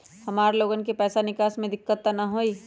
हमार लोगन के पैसा निकास में दिक्कत त न होई?